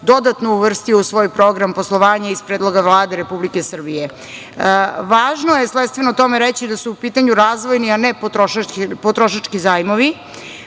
dodatno uvrstio u svoj program poslovanje iz predloga Vlade Republike Srbije. Važno je, svojstveno tome, reći da su u pitanju razvojni, a ne potrošački zajmovi.